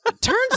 Turns